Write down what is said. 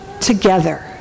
together